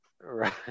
Right